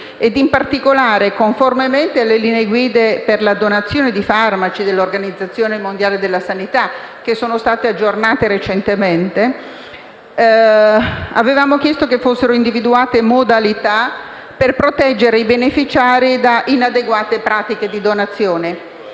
donatori e, conformemente alle linee guida per la donazione di farmaci dell'Organizzazione mondiale della sanità, che sono state aggiornate recentemente, avevamo chiesto che fossero individuate delle modalità per proteggere i beneficiari da pratiche di donazione